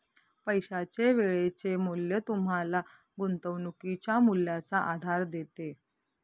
पैशाचे वेळेचे मूल्य तुम्हाला गुंतवणुकीच्या मूल्याचा आधार देते